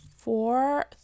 four